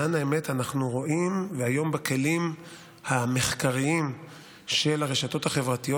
למען האמת אנחנו רואים היום בכלים המחקריים של הרשתות החברתיות,